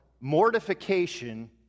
Mortification